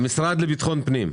המשרד לביטחון פנים,